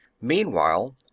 Meanwhile